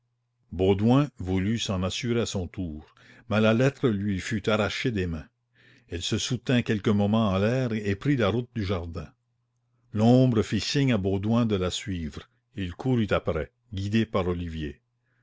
baudouin voulut s'en assurer à son tour mais la lettre lui fut arrachée des mains elle se soutint quelques momens en l'air et prit la route du jardin l'ombre fit signe à baudouin de la suivre il courut après guidé par olivier